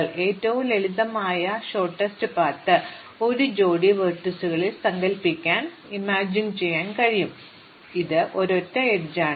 അതിനാൽ ഏറ്റവും ലളിതമായ ഹ്രസ്വ പാത ഒരു ജോഡി വെർട്ടീസുകളിൽ സങ്കൽപ്പിക്കാൻ കഴിയും ഇത് ഒരൊറ്റ അരികാണ്